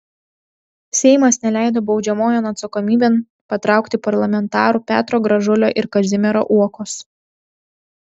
seimas neleido baudžiamojon atsakomybėn patraukti parlamentarų petro gražulio ir kazimiero uokos